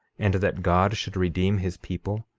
and that god should redeem his people?